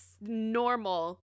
normal